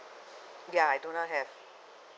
ya I do not have